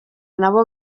nabo